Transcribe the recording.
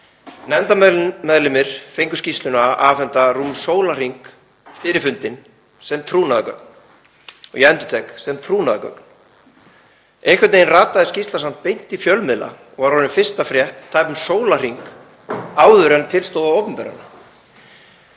Nefndarmeðlimir fengu skýrsluna afhenta rúmum sólarhring fyrir fundinn sem trúnaðargagn — ég endurtek: sem trúnaðargagn. Einhvern veginn rataði skýrslan samt beint í fjölmiðla og er orðin fyrsta frétt tæpum sólarhring áður en til stóð að opinbera hana.